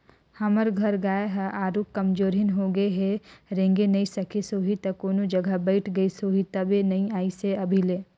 हमर घर गाय ह आरुग कमजोरहिन होगें हे रेंगे नइ सकिस होहि त कोनो जघा बइठ गईस होही तबे नइ अइसे हे अभी ले